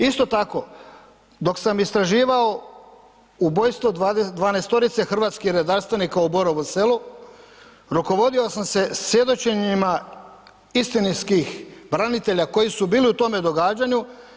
Isto tako dok sam istraživao ubojstvo 12-torice hrvatskih redarstvenika u Borovom Selu rukovodio sam se svjedočenjima istinskih branitelja koji su bili u tome događanju.